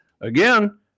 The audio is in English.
Again